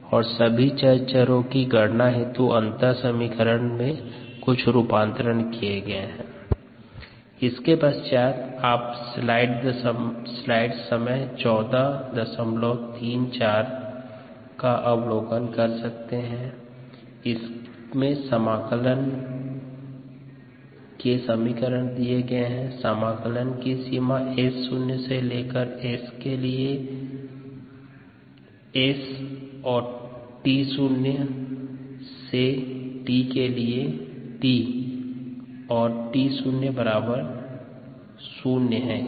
KmSSdSvmdt सभी चरों की गणना हेतु अंतः समीकरण का रूपांतरण निम्नानुसार है KmS1dSvmdt स्लाइड समय 1434 के अनुसार समाकलन निम्नानुसार है Km lnSSvmt समाकलन की सीमा S0 से S के लिए S और t0 से t के लिए t और t0 0 हैं